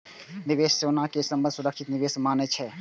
निवेशक सोना कें सबसं सुरक्षित निवेश मानै छै